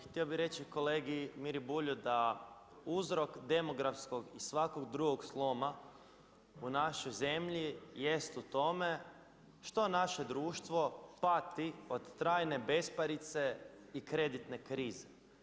Htio bih reći kolegi Miri Bulju da uzrok demografskog i svakog drugog sloma u našoj zemlji jest u tome što naše društvo pati od trajne besparice i kreditne krize.